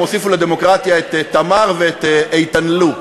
הן הוסיפו לדמוקרטיה את תמר ואת איתן-לו,